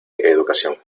educación